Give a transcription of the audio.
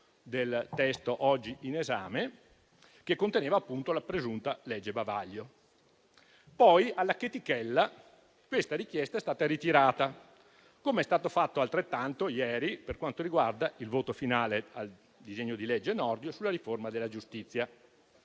del testo in esame che conteneva, appunto, la presunta legge bavaglio. Poi, alla chetichella, questa richiesta è stata ritirata, come è stato fatto ieri per quanto riguarda il voto finale del cosiddetto disegno di legge Nordio sulla riforma della giustizia.